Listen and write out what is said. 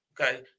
Okay